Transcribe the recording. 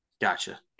Gotcha